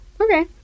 Okay